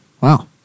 Wow